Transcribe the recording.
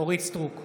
אורית מלכה סטרוק,